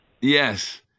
Yes